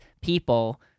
people